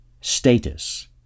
Status